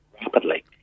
rapidly